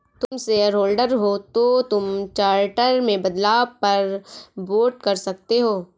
तुम शेयरहोल्डर हो तो तुम चार्टर में बदलाव पर वोट कर सकते हो